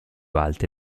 alte